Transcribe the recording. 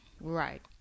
Right